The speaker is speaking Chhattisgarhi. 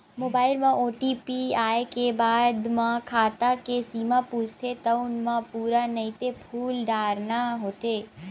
मोबाईल म ओ.टी.पी आए के बाद म खाता के सीमा पूछथे तउन म पूरा नइते फूल डारना होथे